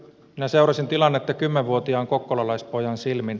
minä seurasin tilannetta kymmenvuotiaan kokkolalaispojan silmin